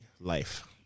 life